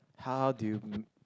how do you